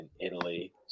Italy